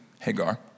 Hagar